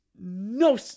no